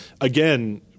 again